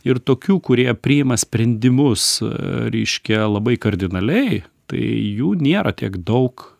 ir tokių kurie priima sprendimus reiškia labai kardinaliai tai jų nėra tiek daug